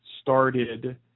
started